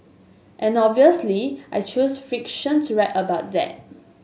and obviously I choose fiction to write about that